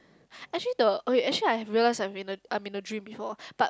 actually the okay actually I've realised I'm in a I'm in a dream before but